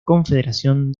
confederación